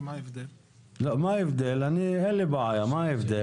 אני אין לי בעיה, מה ההבדל?